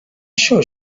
sure